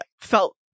felt